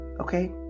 Okay